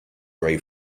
ray